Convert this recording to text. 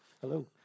hello